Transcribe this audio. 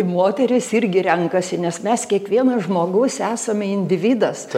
moterys irgi renkasi nes mes kiekvienas žmogus esame individas